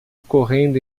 correndo